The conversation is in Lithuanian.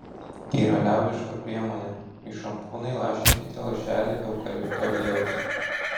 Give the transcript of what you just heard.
yra liaudiška priemonė į šampūną įlašinkite lašelį eukalipto aliejaus